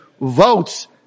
votes